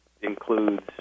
includes